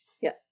yes